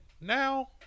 Now